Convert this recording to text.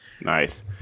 Nice